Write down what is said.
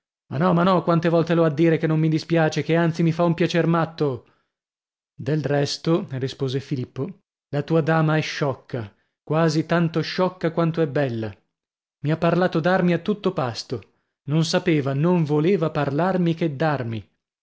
ma no ma no quante volte l'ho a dire che non mi dispiace che anzi mi fa un piacer matto del resto rispose filippo la tua dama è sciocca quasi tanto sciocca quanto è bella mi ha parlato d'armi a tutto pasto non sapeva non voleva parlarmi che d'armi